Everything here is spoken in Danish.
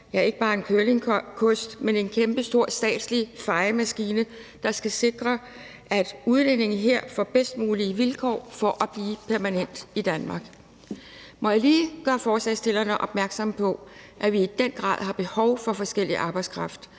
ikke bare curlingkost, men kæmpestore statslige fejemaskine, der skal sikre, at udlændinge her får de bedst mulige vilkår for at blive permanent i Danmark. Må jeg lige gøre forslagsstillerne opmærksomme på, at vi i den grad har behov for forskellige arbejdskraft,